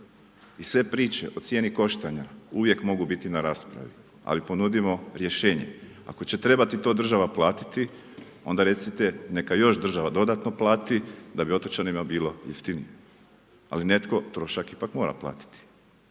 i sve priče o cijeni koštanja uvijek mogu biti na raspravi, ali ponudimo rješenje. Ako će trebati to država platiti, onda recite neka još država dodatno plati da bi otočanima bilo jeftinije, ali netko trošak ipak mora platiti.